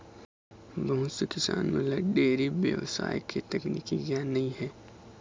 बहुत से किसान मन ल डेयरी बेवसाय के तकनीकी गियान नइ हे